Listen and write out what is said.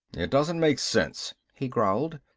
it doesn't make sense, he growled.